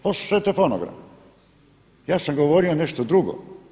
Poslušajte fonogram, ja sam govorio nešto drugo.